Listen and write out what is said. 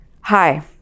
Hi